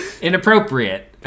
inappropriate